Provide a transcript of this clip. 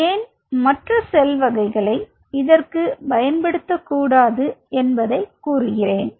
ஏன் மற்ற செல் வகைகளை இதற்கு பயன்படுத்தக் கூடாது என்பதை கூறுகிறேன்